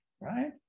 right